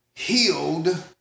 healed